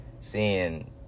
seeing